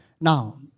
Now